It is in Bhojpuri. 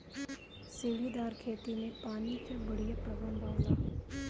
सीढ़ीदार खेती में पानी कअ बढ़िया प्रबंध होला